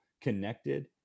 connected